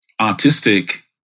artistic